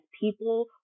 people